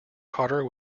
carter